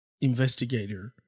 investigator